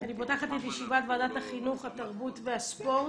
אני פותחת את ישיבת ועדת החינוך, התרבות והספורט.